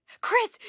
Chris